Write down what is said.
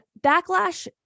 backlash